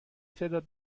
تعداد